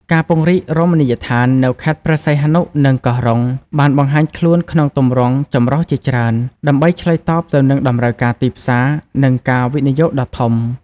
ការពង្រីករមណីយដ្ឋាននៅខេត្តព្រេះសីហនុ និងកោះរ៉ុង បានបង្ហាញខ្លួនក្នុងទម្រង់ចម្រុះជាច្រើន ដើម្បីឆ្លើយតបទៅនឹងតម្រូវការទីផ្សារ និងការវិនិយោគដ៏ធំ។